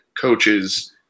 coaches